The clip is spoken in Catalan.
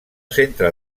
centre